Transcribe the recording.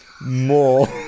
More